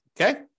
Okay